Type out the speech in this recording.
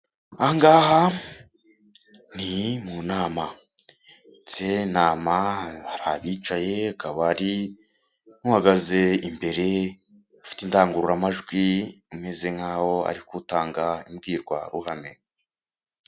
Ahangaha ni mu nama muri iyi nama hari abicaye, hakabari mpahagaze imbere mfite indangururamajwi umeze nkaho ari utanga imbwirwaruhame.